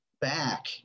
back